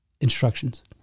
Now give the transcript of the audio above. instructions